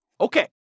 Okay